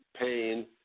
pain